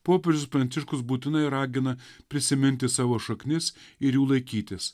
popiežius pranciškus būtinai ragina prisiminti savo šaknis ir jų laikytis